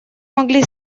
могли